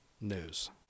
news